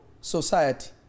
society